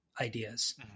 ideas